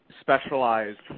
specialized